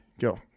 Go